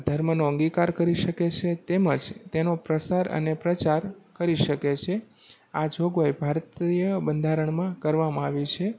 ધર્મનો અંગીકાર કરી શકે છે તેમજ તેનો પ્રસાર અને પ્રચાર કરી શકે છે આ જોગવાઈ ભારતીય બંધારણમાં કરવામાં આવી છે